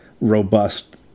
robust